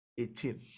18